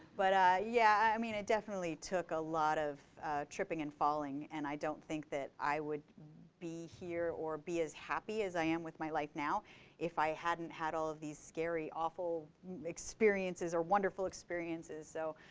but, yeah, i mean, it definitely took a lot of tripping and falling. and i don't think that i would be here or be as happy as i am with my life now if i hadn't had all of these scary, awful experiences or wonderful experiences. so